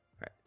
right